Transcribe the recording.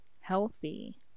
healthy